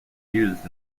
used